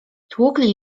tłukli